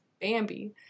Bambi